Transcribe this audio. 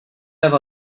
have